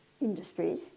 industries